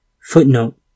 Footnote